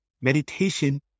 Meditation